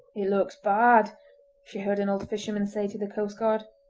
it looks bad she heard an old fisherman say to the coastguard.